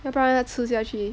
要不然他吃下去